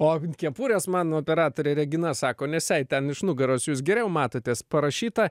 o ant kepurės man operatorė regina sako nes jai ten iš nugaros jūs geriau matotės parašyta